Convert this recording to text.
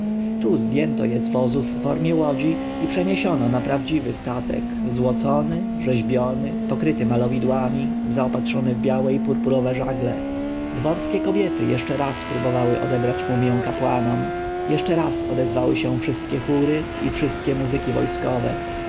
zdjęto je z wozu w formie łodzi i przeniesiono na prawdziwy statek złocony rzeźbiony pokryty malowidłami zaopatrzony w białe i purpurowe żagle dworskie kobiety jeszcze raz próbowały odebrać mumję kapłanom jeszcze raz odezwały się wszystkie chóry i wszystkie muzyki wojskowe